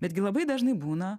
betgi labai dažnai būna